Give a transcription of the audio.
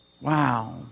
Wow